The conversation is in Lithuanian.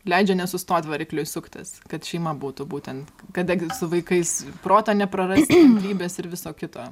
leidžia nesustot varikliui suktis kad šeima būtų būtent kada su vaikais proto neprarast gyvybės ir viso kito